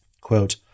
Quote